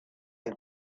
have